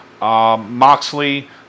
Moxley